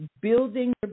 building